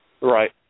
Right